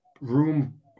room